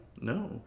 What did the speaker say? No